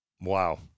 wow